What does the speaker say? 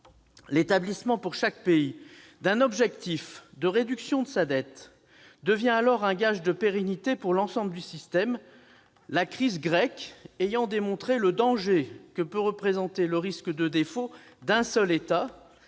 L'établissement, pour chaque pays, d'un objectif de réduction de sa dette devient alors un gage de pérennité pour l'ensemble du système, la crise grecque ayant démontré le danger que peut représenter le risque de défaut d'un seul État.